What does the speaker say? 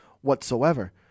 whatsoever